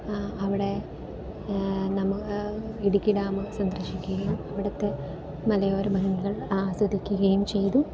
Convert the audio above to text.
അവിടെ നമ്മ ഇടുക്കി ഡാം സന്ദർശിക്കുകയും അവിടുത്തെ മലയോരമനോഹൾ ആസ്വദിക്കുകയും ചെയ്തു